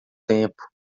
tempo